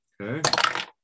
Okay